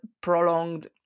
prolonged